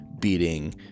beating